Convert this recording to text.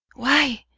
why,